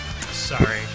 Sorry